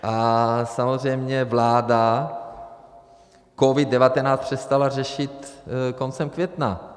A samozřejmě vláda COVID19 přestala řešit koncem května.